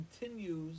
continues